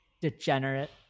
degenerate